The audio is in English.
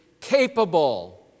capable